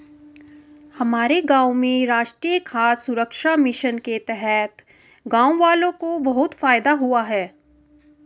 हमारे गांव में राष्ट्रीय खाद्य सुरक्षा मिशन के तहत गांववालों को बहुत फायदा हुआ है